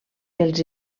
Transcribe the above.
els